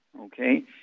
Okay